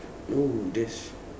oh that's